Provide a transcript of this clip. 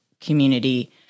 community